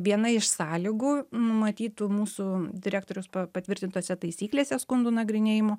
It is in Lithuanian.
viena iš sąlygų numatytų mūsų direktoriaus patvirtintose taisyklėse skundų nagrinėjimo